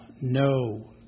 no